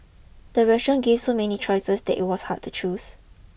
the restaurant gave so many choices that it was hard to choose